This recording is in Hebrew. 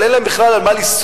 אבל אין להם בכלל על מה לנסוע,